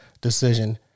decision